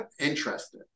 interested